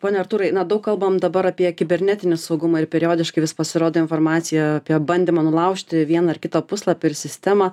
pone artūrai na daug kalbam dabar apie kibernetinį saugumą ir periodiškai vis pasirodo informacija apie bandymą nulaužti vieną ar kitą puslapį ir sistemą